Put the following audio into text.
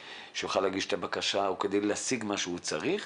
שיוכל להגיש את הבקשה או כדי להשיג מה שהוא צריך,